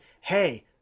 hey